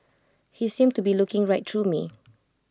he seemed to be looking right through me